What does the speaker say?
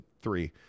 three